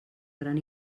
gran